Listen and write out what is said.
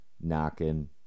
knocking